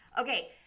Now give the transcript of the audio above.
Okay